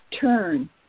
turn